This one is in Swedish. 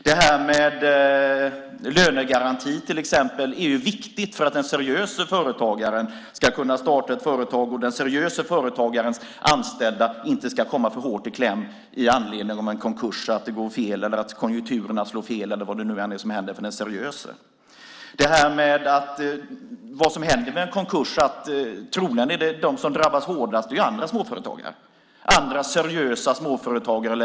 Det här med till exempel lönegarantin är viktigt för att den seriöse ska kunna starta ett företag och för att den seriöse företagarens anställda inte ska komma för hårt i kläm med anledning av en konkurs eller av att det går fel, att konjunkturen slår fel eller vad som nu händer den seriöse. Vad som händer vid en konkurs är troligen att det är andra seriösa småföretagare och leverantörer som hårdast drabbas.